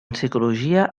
psicologia